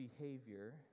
behavior